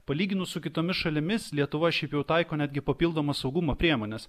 palyginus su kitomis šalimis lietuva šiaip jau taiko netgi papildomas saugumo priemones